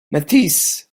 mathis